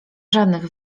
żadnych